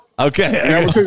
Okay